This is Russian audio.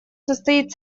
состоит